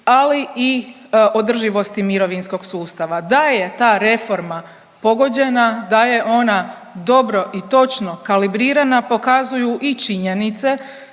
ali i održivosti mirovinskog sustava, da je ta reforma pogođena da je ona dobro i točno kalibrirana pokazuju i činjenice,